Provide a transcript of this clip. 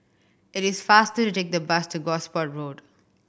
it is faster to take the bus to Gosport Road